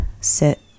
sit